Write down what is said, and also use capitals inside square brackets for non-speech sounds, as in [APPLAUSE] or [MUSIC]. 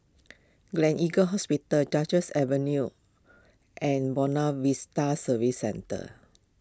[UNINTELLIGIBLE] Hospital Duchess Avenue and Buona Vista Service Centre